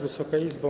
Wysoka Izbo!